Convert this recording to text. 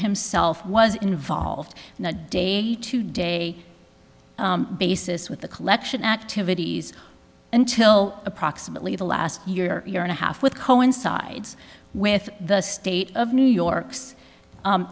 himself was involved in a day to day basis with the collection activities until approximately the last year year and a half with coincides with the state of new york